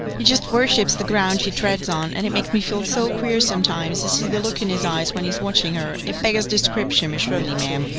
he just worships the ground she treads on and it makes me feel so queer sometimes to see the look in his eyes when he's watching her. it beggars description, miss shirley, ma'am.